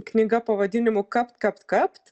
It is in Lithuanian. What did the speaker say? knyga pavadinimu kapt kapt kapt